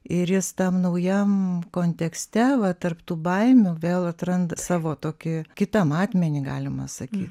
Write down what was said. ir jis tam naujam kontekste va tarp tų baimių vėl atranda savo tokį kitą matmenį galima sakyt